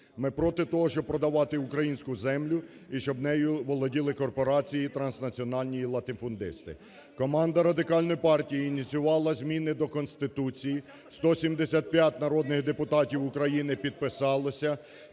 Ми проти того, щоб продавати українську землю і щоб нею володіли корпорації, транснаціональні латифундисти. Команда Радикальної партії ініціювала зміни до Конституції, 175 народних депутатів України підписалося